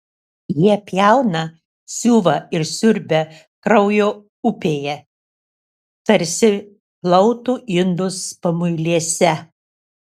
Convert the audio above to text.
jie pjauna siuva ir siurbia kraujo upėje tarsi plautų indus pamuilėse